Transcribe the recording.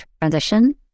transition